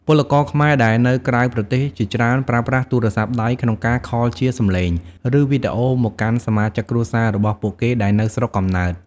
ពលករខ្មែរដែលនៅក្រៅប្រទេសជាច្រើនប្រើប្រាស់ទូរស័ព្ទដៃក្នុងការខលជាសម្លេង ឬ វីដេអូមកកាន់សមាជិកគ្រួសាររបស់ពួកគេដែលនៅស្រុកកំណើត។